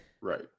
Right